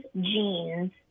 jeans